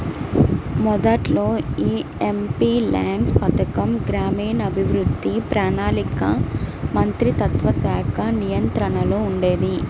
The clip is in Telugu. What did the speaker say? మొదట్లో యీ ఎంపీల్యాడ్స్ పథకం గ్రామీణాభివృద్ధి, ప్రణాళికా మంత్రిత్వశాఖ నియంత్రణలో ఉండేది